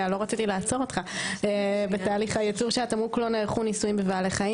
בתהליך הייצור של התמרוק לא נערכו ניסויים בבעלי חיים,